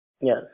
Yes